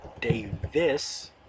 Davis